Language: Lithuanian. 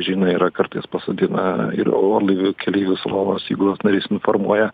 žino yra kartais pasodina ir orlaivių keleivius lovos įgulos narys informuoja